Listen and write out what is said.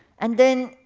and then,